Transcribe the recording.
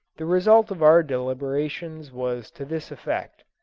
the result of our deliberations was to this effect.